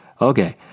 Okay